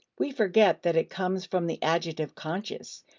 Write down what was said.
we forget that it comes from the adjective conscious.